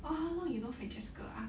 !wah! how long you know francesca ah